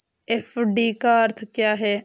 FD का अर्थ क्या है?